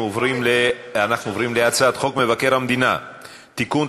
אנחנו עוברים להצעת חוק מבקר המדינה (תיקון,